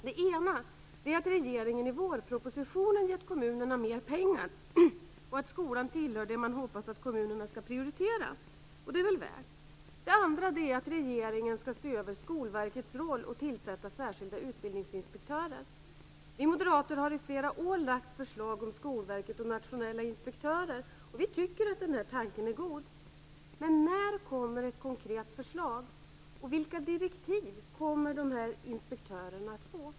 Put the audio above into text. Det ena är att regeringen i vårpropositionen gett kommunerna mer pengar och att skolan tillhör det man hoppas att kommunerna skall prioritera. Det är väl. Det andra är att regeringen skall se över Skolverkets roll och tillsätta särskilda utbildningsinspektörer. Vi moderater har i flera år lagt fram förslag om Skolverket och nationella inspektörer. Vi tycker att den tanken är god. Men när kommer ett konkret förslag? Vilka direktiv kommer dessa inspektörer att få?